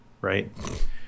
right